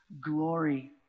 glory